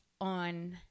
on